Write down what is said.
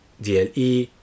DLE